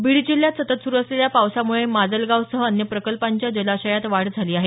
बीड जिल्ह्यात सतत सुरु असलेल्या पावसामुळे माजलगावसह अन्य प्रकल्पांच्या जलाशयात वाढ झाली आहे